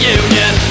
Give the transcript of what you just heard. union